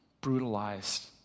brutalized